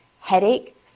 headache